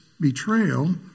betrayal